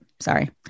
sorry